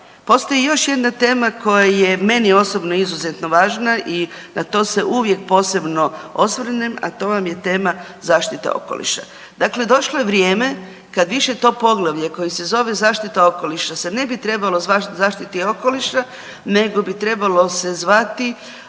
postoji još jedna tema koja je meni osobno izuzetno važna i na to se uvijek posebno osvrnem, a to vam je tema zaštite okoliša. Dakle, došlo je vrijeme kad više to poglavlje koje se zove zaštita okoliša se ne bi trebalo zvati zaštita okoliša, nego bi trebalo se zvati